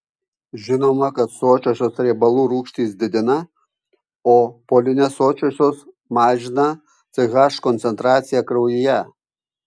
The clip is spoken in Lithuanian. žinoma kad sočiosios riebalų rūgštys didina o polinesočiosios mažina ch koncentraciją kraujyje